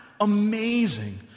amazing